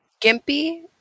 gimpy